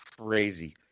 crazy